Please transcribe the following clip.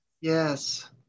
Yes